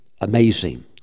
amazing